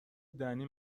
دنی